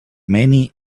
many